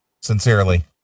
Sincerely